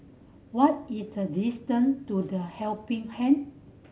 what is the distant to The Helping Hand